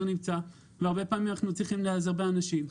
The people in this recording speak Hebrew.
נמצא והרבה פעמים אנחנו צריכים להיעזר באנשים.